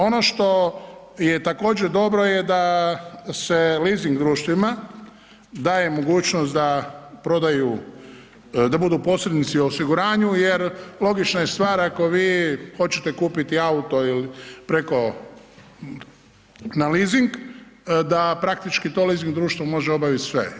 Ono što je također dobro je da se leasing društvima daje mogućnost da prodaju, da budu posrednici u osiguranju jer logična je stvar ako vi hoćete kupiti auto ili preko, na leasing, da praktički to leasing društvo može obavit sve.